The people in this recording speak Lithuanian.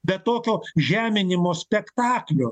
be tokio žeminimo spektaklio